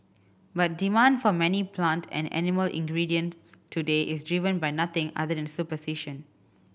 but demand for many plant and animal ingredients today is driven by nothing other than superstition